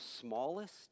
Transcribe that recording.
smallest